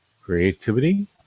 Creativity